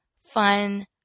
fun